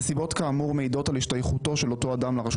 נסיבות כאמור מעידות על השתייכותו של אותו אדם לרשות